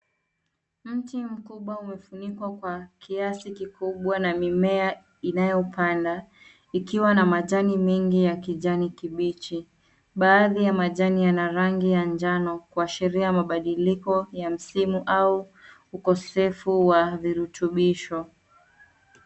Mti mkubwa umefunikwa kwa kiasi kikubwa na mimea inayopanda ikiwa na majani mengi ya kijani kibichi. Baadhi ya majani yana rangi ya njano kuashiria mabadiliko ya msimu au ukosefu wa virutubisho.